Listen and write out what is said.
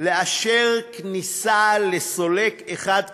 לאשר כניסה לסולק אחד קטן,